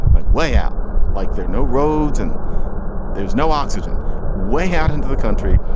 by way, out like there, no roads and there's no oxygen way out into the country,